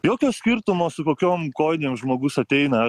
jokio skirtumo su kokiom kojinėm žmogus ateina